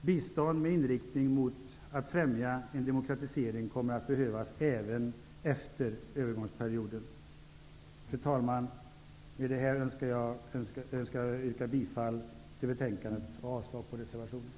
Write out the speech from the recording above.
Bistånd med inriktning mot att främja en demokratisering kommer att behövas även efter övergångsperioden. Fru talman! Med detta yrkar jag bifall till utskottets hemställan och avslag på reservationen.